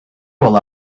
while